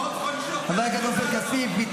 חבר הכנסת עופר כסיף יציג את התנגדותו.